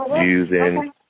using